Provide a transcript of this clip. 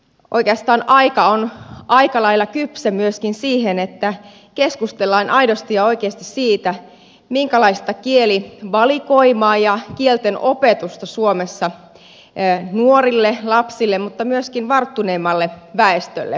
oikeastaan aika on aika lailla kypsä myöskin siihen että keskustellaan aidosti ja oikeasti siitä minkälaista kielivalikoimaa ja kieltenopetusta suomessa nuorille lapsille mutta myöskin varttuneemmalle väestölle annetaan